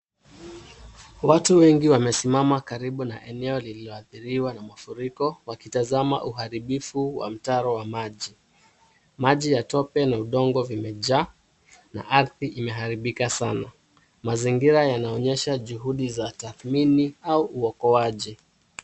Watu wengi wamesimama karibu na eneo lililoathiriwa na mafuriko wakitazama uharibifu wa mtaro wa maji. Maji ya tope na udongo vimejaa na ardhi imeharibika sana. Mazingira yanaonyesha juhudi za tathmini au uokoaji.